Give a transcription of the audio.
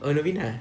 oh novena